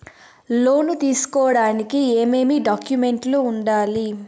లోను తీసుకోడానికి ఏమేమి డాక్యుమెంట్లు ఉండాలి